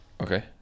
Okay